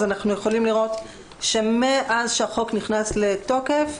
אנחנו יכולים לראות שמאז שהחוק נכנס לתוקף,